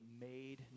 made